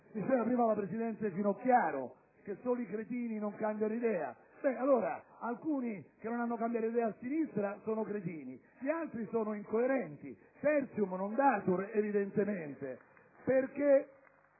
Diceva prima la presidente Finocchiaro che solo i cretini non cambiano idea. Allora, alcuni che non hanno cambiato idea a sinistra sono cretini, gli altri sono incoerenti: *tertium non datur* evidentemente.